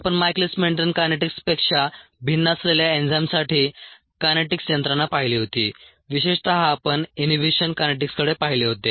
आपण Michaelis Menten कायनेटिक्सपेक्षा भिन्न असलेल्या एन्झाइम्ससाठी कायनेटिक्स यंत्रणा पाहिली होती विशेषत आपण इनहिबिशन कायनेटिक्सकडे पाहिले होते